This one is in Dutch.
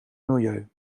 milieu